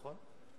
נכון.